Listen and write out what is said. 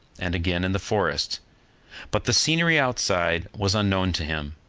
and again in the forest but the scenery outside was unknown to him,